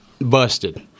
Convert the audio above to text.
busted